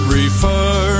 refer